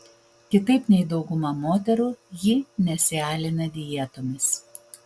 kitaip nei dauguma moterų ji nesialina dietomis